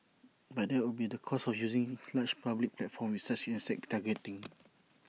but that would be the cost of using large public platforms with such exact targeting